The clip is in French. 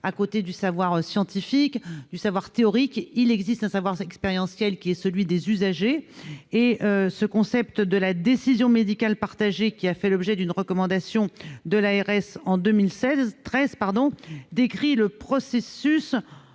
À côté du savoir scientifique et théorique, il existe un savoir expérientiel, celui des usagers. Le concept de décision médicale partagée, qui a fait l'objet d'une recommandation de l'ARS en 2013, renvoie au processus